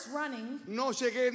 running